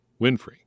Winfrey